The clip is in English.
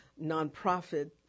nonprofit